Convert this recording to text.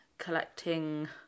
collecting